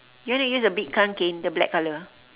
you want to use the big kanken the black color